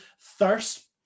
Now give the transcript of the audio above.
thirst